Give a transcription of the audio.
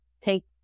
take